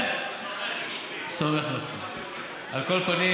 סומך, על כל פנים,